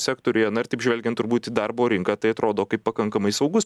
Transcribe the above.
sektoriuje na ir taip žvelgiant turbūt į darbo rinką tai atrodo kaip pakankamai saugus